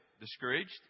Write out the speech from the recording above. discouraged